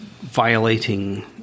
violating